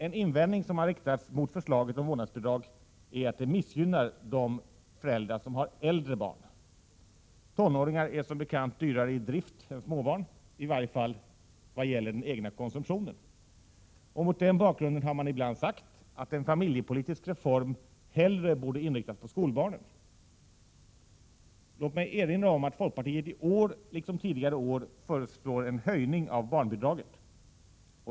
En invändning som har riktats mot förslaget om vårdnadsbidrag är att det skulle missgynna de föräldrar som har äldre barn. Tonåringar är som bekant dyrare i drift än småbarn, i varje fall vad gäller den egna konsumtionen. Mot denna bakgrund har man ibland sagt att en familjepolitisk reform hellre borde inriktas på skolbarnen. Låt mig erinra om att folkpartiet i år liksom tidigare år föreslår en höjning av barnbidraget.